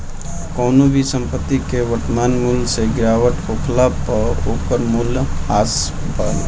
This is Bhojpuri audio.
कवनो भी संपत्ति के वर्तमान मूल्य से गिरावट होखला पअ ओकर मूल्य ह्रास भइल